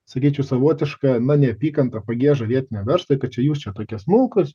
sakyčiau savotiška na neapykanta pagieža vietiniam verslui kad čia jūs čia tokie smulkūs